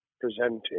presenting